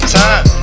time